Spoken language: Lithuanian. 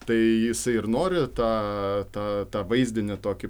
tai jisai ir nori tą tą tą vaizdinį tokį